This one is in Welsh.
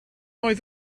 oedd